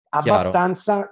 abbastanza